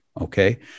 Okay